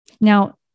Now